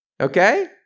Okay